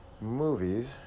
movies